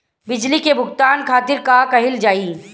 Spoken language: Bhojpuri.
बिजली के भुगतान खातिर का कइल जाइ?